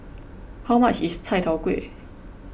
how much is Chai Tow Kuay